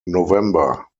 november